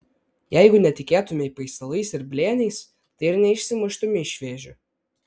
jeigu netikėtumei paistalais ir blėniais tai ir neišsimuštumei iš vėžių